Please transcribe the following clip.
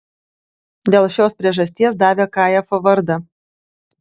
dėl šios priežasties davė kajafo vardą